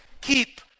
keep